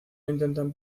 intentan